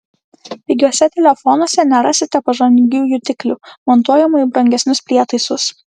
pigiuose telefonuose nerasite pažangių jutiklių montuojamų į brangesnius prietaisus